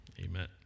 Amen